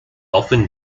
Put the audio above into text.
often